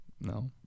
No